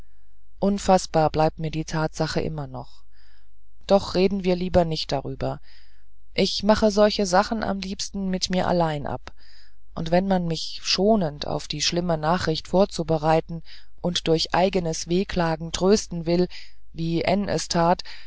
unfaßbar bleibt mir die tatsache immer noch doch reden wir lieber nicht darüber ich mache solche sachen am liebsten mit mir allein ab und wenn man mich schonend auf die schlimme nachricht vorzubereiten und durch eigenes wehklagen trösten will wie n es tat